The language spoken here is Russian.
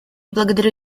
благодарю